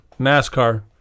NASCAR